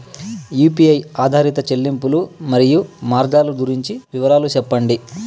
UPI ఆధారిత చెల్లింపులు, మరియు మార్గాలు గురించి వివరాలు సెప్పండి?